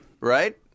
right